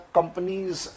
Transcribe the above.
Companies